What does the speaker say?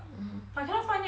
(uh huh)